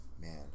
man